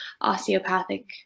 osteopathic